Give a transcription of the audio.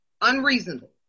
unreasonable